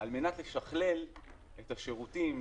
שעל מנת לשכלל את השירותים,